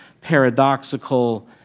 paradoxical